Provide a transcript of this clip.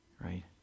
right